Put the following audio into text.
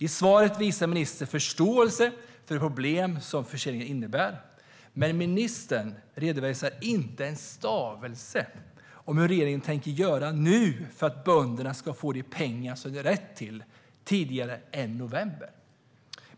I svaret visar ministern förståelse för de problem som förseningen innebär. Men ministern redovisar inte en stavelse om hur regeringen tänker göra nu för att bönderna ska få de pengar som de har rätt till tidigare än i november.